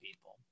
people